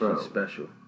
Special